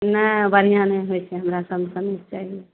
नहि बढ़िआँ नहि होइ छै हमरा सेमसनेके चाही